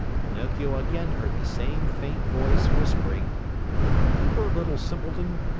pinocchio again heard the same faint voice whispering remember, little simpleton!